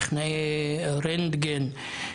טכנאי רנטגן,